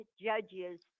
judges